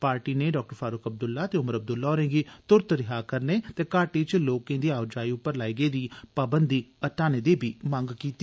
party नै Dr Farooq Abdullah ते उमर अब्दुल्ला होरें गी तुरंत रिहा करने ते घाटी च लोकें दी आओजाई पर लाई गेदियां पाबंदियां हटाने दी बी मंग कीती